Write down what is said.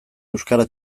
euskara